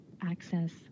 access